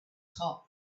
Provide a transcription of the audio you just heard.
top